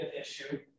issue